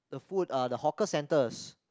the food uh the hawker centres